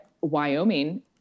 wyoming